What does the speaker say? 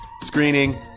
screening